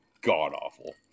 god-awful